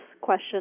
question